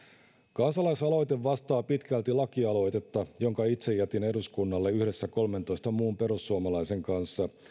kansalaisaloite vastaa pitkälti lakialoitetta jonka itse jätin eduskunnalle yhdessä kolmentoista muun perussuomalaisen kanssa